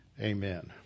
amen